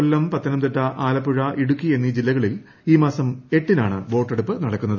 കൊല്ലം പത്തനംതിട്ട ആലപ്പുഴ ഇടുക്കി എന്നീ ജില്ലകളിൽ ഈ മാസം എട്ടിനാണ് വോട്ടെടുപ്പ് ്നടക്കുന്നത്